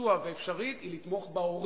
לביצוע ואפשרית היא לתמוך בהורים,